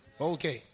Okay